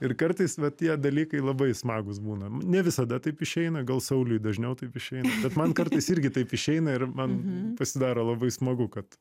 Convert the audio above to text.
ir kartais va tie dalykai labai smagūs būna ne visada taip išeina gal sauliui dažniau taip išeina bet man kartais irgi taip išeina ir man pasidaro labai smagu kad